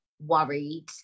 worried